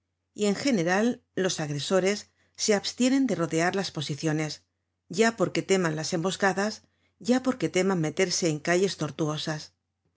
y en general los agresores se abstienen de rodear las posiciones ya porque teman las emboscadas ya porque teman meterse en calles tortuosas